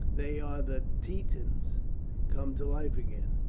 they are the titans come to life again,